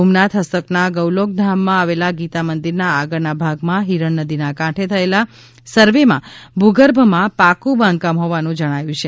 સોમનાથ હસ્તકના ગૌલોકધામમાં આવેલા ગીતામંદિરના આગળના ભાગમાં હિરણ નદીના કાંઠે થયેલા સર્વેમાં ભૂગર્ભમાં પાકું બાંધકામ હોવાનું જણાયું છે